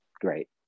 great